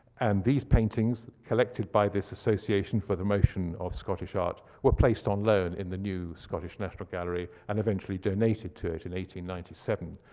and these paintings, collected by this association for the motion of scottish art were placed on loan in the new scottish national gallery, and eventually donated to it in ninety seven.